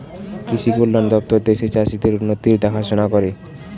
কৃষি কল্যাণ দপ্তর দেশের চাষীদের উন্নতির দেখাশোনা করে